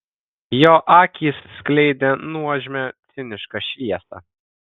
jo akys skleidė nuožmią cinišką šviesą